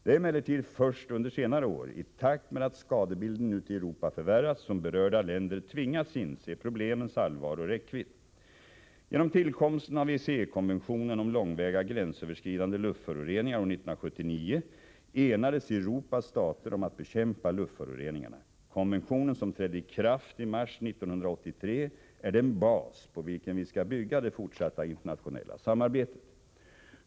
Det är emellertid först under senare år —- i takt med att skadebilden ute i Europa förvärrats — som berörda länder tvingats inse problemens allvar och räckvidd. Genom tillkomsten av ECE-konventionen om långväga gränsöverskridande luftföroreningar år 1979 enades Europas stater om att bekämpa luftföroreningarna. Konventionen, som trädde i kraft i mars 1983, är den bas på vilken vi skall bygga det fortsatta internationella samarbetet.